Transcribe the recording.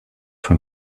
for